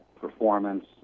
performance